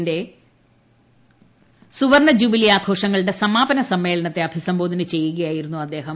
ന്റെ സുവർണ ജൂബിലി ആഘോഷങ്ങളൂടെ സമാപനസമ്മേളനത്തെ അഭിസംബോധന ചെയ്യു കയായിരുന്നു അദ്ദേഹം